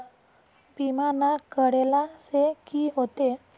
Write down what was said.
बीमा ना करेला से की होते?